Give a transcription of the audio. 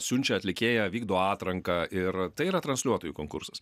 siunčia atlikėją vykdo atranką ir tai yra transliuotojų konkursas